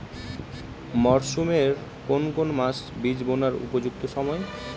মরসুমের কোন কোন মাস বীজ বোনার উপযুক্ত সময়?